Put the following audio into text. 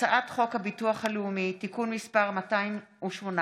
הצעת חוק הביטוח הלאומי (תיקון מס' 218,